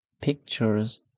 pictures